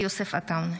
יוסף עטאונה.